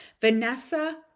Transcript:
Vanessa